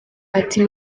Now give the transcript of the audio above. ati